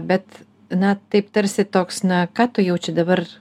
bet na taip tarsi toks na ką tu jau čia dabar